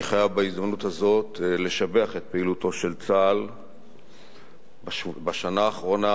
אני חייב בהזדמנות הזאת לשבח את פעילותו של צה"ל בשנה האחרונה,